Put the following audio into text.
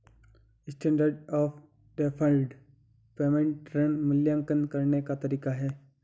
standard of deferred payment ऋण मूल्यांकन करने का तरीका है